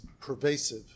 pervasive